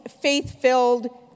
faith-filled